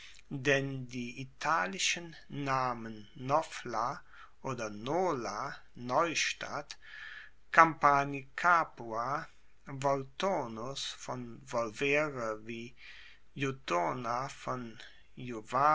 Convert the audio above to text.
denn die italischen namen novla oder nola neustadt campani capua volturnus von volvere wie iuturna von